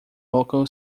local